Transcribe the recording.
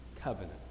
covenant